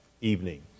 evening